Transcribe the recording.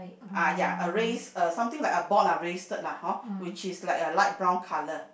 ah ya a raise a something like a board lah raised lah hor which is like a light brown color